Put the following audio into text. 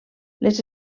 les